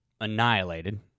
annihilated